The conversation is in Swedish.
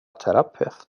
terapeut